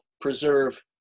preserve